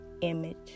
Image